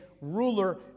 ruler